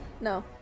no